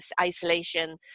isolation